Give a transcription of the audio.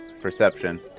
Perception